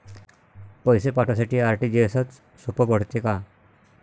पैसे पाठवासाठी आर.टी.जी.एसचं सोप पडते का?